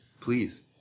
Please